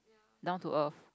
down to earth